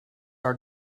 are